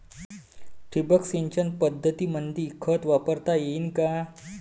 ठिबक सिंचन पद्धतीमंदी खत वापरता येईन का?